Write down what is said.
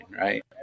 Right